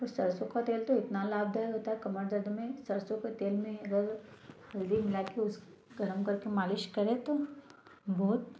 वो सरसों का तेल इतना लाभदायक होता है कमर दर्द में सरसों का तेल में अगर हल्दी मिला के उस गर्म करके मालिश करें तो बहुत